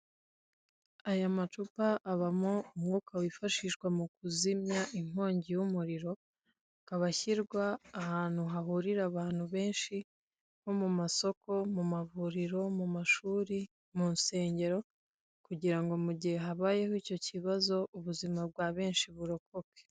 Amacupa abamo umwuka wifashishwa mu kuzimya inkongi y'umuriro, akaba ashyirwa ahantu hahurira abantu benshi nko mu masoko, mu mavuriro, mu mashuri, mu nsengero kugira ngo mu gihe habayeho icyo kibazo, ubuzima bwa benshi burokoke.